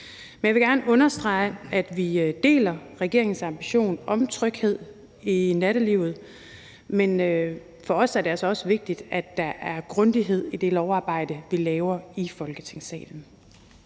Men jeg vil gerne understrege, at vi deler regeringens ambition om tryghed i nattelivet, men for os er det altså også vigtigt, at der er grundighed i det lovarbejde, vi laver i Folketingssalen.